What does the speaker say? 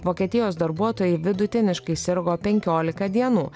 vokietijos darbuotojai vidutiniškai sirgo penkiolika dienų